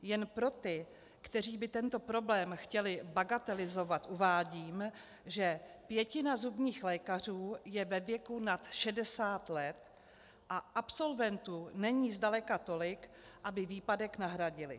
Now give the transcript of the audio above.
Jen pro ty, kteří by tento problém chtěli bagatelizovat, uvádím, že pětina zubních lékařů je ve věku nad 60 let a absolventů není zdaleka tolik, aby výpadek nahradili.